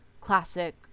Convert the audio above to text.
classic